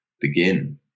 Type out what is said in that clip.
begin